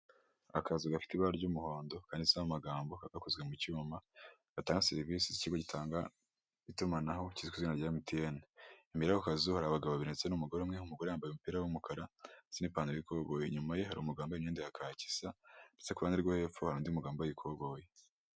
Akazu gafite ibara ry'umuhondo kanditseho amagambo kakaba gakozwe mu cyuma, gatanga serivisi z'ikigo gitanga itumanaho kizwi ku izina rya MTN, imbere y'ako kazu hari abagabo babiri ndetse n'umugore umwe, umugore yambaye umupira w'umukara n'ipantaro y'ikoboyi, inyuma ye hari umugabo wambaye imyenda ya kaki isa ndetse ku ruhande rwe hepfo hari undi mugabo wambaye ikoboyi.